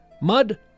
mud